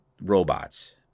robots